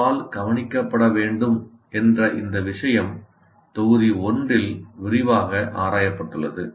வால் கவனிக்கப்பட வேண்டும் என்ற இந்த விஷயம் தொகுதி 1 இல் விரிவாக ஆராயப்பட்டுள்ளது